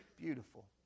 Beautiful